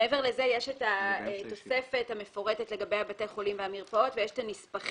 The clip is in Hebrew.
מעבר לזה יש התוספת המפורטת לגבי בתי החולים והמרפאות ויש הנספחים.